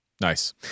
Nice